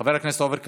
חבר הכנסת עופר כסיף,